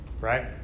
right